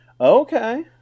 Okay